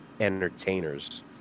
entertainers